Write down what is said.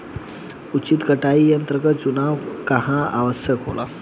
उचित कटाई यंत्र क चुनाव काहें आवश्यक होला?